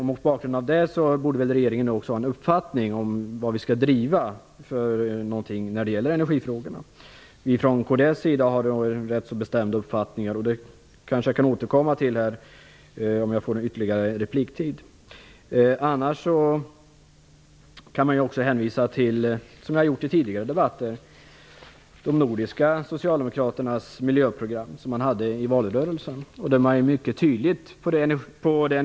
Mot bakgrund av det borde väl regeringen också ha en uppfattning om vilka energifrågor vi skall driva. Vi i kds har en ganska bestämd uppfattning om detta. Det kan jag kanske återkomma till om jag får ytterligare repliktid. Man kan ju också hänvisa till de nordiska socialdemokraternas miljöprogram från valrörelsen. Det har jag gjort i tidigare debatter.